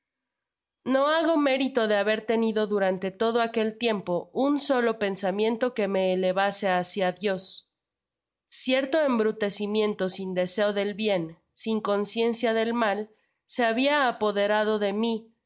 no hago mérito de haber tenido durante todo aquel tiempo un solo pensamiento que me eletase hácia dios cierto embrutecimiento sin deseo del bien sin conciencia del mal se habia apoderado de mi